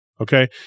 okay